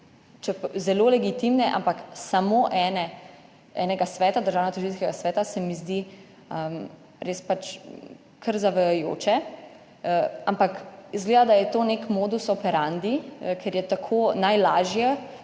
zelo legitimnega, ampak samo enega sveta, Državnotožilskega sveta, se mi zdi res kar zavajajoče. Ampak izgleda, da je to nek modus operandi, ker je tako najlažje